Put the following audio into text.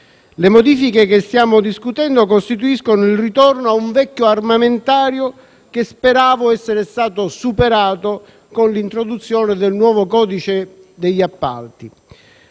Le modifiche che stiamo discutendo costituiscono il ritorno a un vecchio armamentario, che speravo essere stato superato con l'introduzione del nuovo codice degli appalti.